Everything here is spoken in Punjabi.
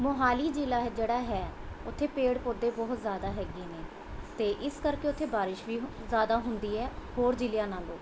ਮੋਹਾਲੀ ਜ਼ਿਲ੍ਹਾ ਹੈ ਜਿਹੜਾ ਹੈ ਉੱਥੇ ਪੇੜ ਪੌਦੇ ਬਹੁਤ ਜ਼ਿਆਦਾ ਹੈਗੇ ਨੇ ਅਤੇ ਇਸ ਕਰਕੇ ਉੱਥੇ ਬਾਰਿਸ਼ ਵੀ ਹ ਜ਼ਿਆਦਾ ਹੁੰਦੀ ਹੈ ਹੋਰ ਜ਼ਿਲ੍ਹਿਆਂ ਨਾਲੋਂ